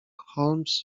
holmes